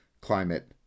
climate